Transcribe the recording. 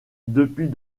depuis